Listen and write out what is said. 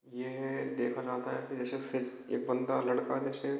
यह देखा जाता है कि ये सब एक बंदा लड़का जैसे